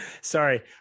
sorry